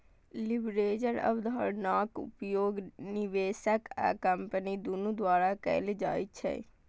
लीवरेजक अवधारणाक उपयोग निवेशक आ कंपनी दुनू द्वारा कैल जाइ छै